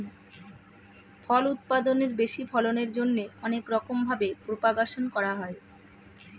ফল উৎপাদনের বেশি ফলনের জন্যে অনেক রকম ভাবে প্রপাগাশন করা হয়